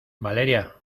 valeria